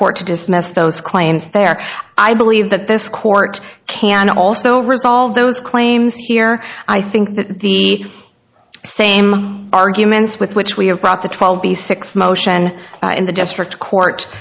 court to dismiss those claims there i believe that this court can also resolve those claims here i think that the same arguments with which we have brought the twelve b six motion in the district court